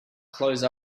close